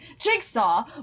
Jigsaw